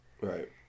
Right